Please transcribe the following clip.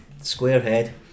Squarehead